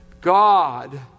God